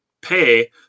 pay